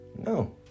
No